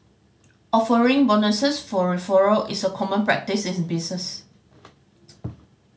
offering bonuses for referral is a common practise in business